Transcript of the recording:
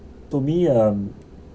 to me um